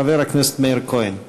חבר הכנסת מאיר כהן.